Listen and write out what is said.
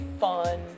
fun